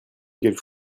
quelque